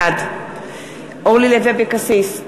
בעד אורלי לוי אבקסיס,